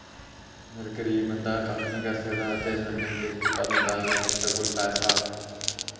मगर गरीब बंदा कक्ख निं करी सकदा अजै जमानै च जिस जेह्का बंदा अगर जिसदै कोल पैसा